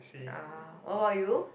ya what about you